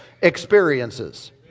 experiences